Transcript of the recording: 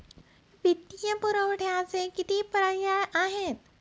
वित्तीय पुरवठ्याचे किती पर्याय आहेत का?